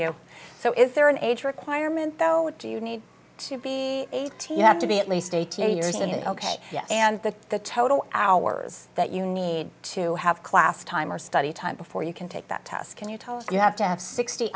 you so is there an age requirement though what do you need to be eighteen you have to be at least eighteen years and ok and that the total hours that you need to have class time are study time before you can take that test can you tell us you have to have sixty